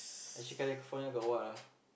actually California got what ah